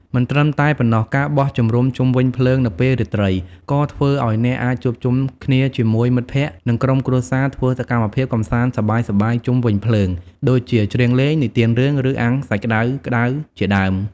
មិនត្រឹមតែប៉ុណ្ណោះ ការបោះជំរំជុំវិញភ្លើងនៅពេលរាត្រី ក៏ធ្វើឲ្យអ្នកអាចជួបជុំគ្នាជាមួយមិត្តភក្តិ ឬក្រុមគ្រួសារធ្វើសកម្មភាពកម្សាន្តសប្បាយៗជុំវិញភ្លើង ដូចជាច្រៀងលេង និទានរឿង ឬអាំងសាច់ក្តៅៗជាដើម។